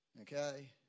Okay